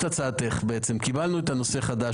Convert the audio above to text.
יום חמישי,